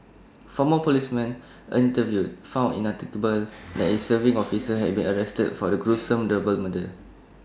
former policemen interviewed found IT unthinkable that A serving officer had been arrested for the gruesome double murder